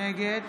נגד